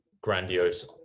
grandiose